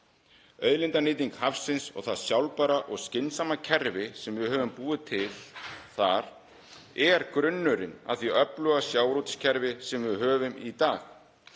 Auðlindanýting hafsins og það sjálfbæra og skynsamlega kerfi sem við höfum búið til þar er grunnurinn að því öfluga sjávarútvegskerfi sem við höfum í dag.